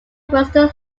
western